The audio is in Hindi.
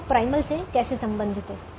यह प्राइमल से कैसे संबंधित है